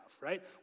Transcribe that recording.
right